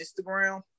Instagram